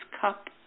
cup